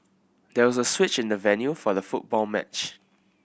there was a switch in the venue for the football match